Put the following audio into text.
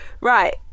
right